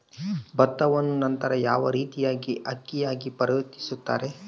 ಭತ್ತವನ್ನ ನಂತರ ಯಾವ ರೇತಿಯಾಗಿ ಅಕ್ಕಿಯಾಗಿ ಪರಿವರ್ತಿಸುತ್ತಾರೆ?